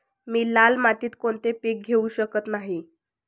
मी लाल मातीत कोणते पीक घेवू शकत नाही?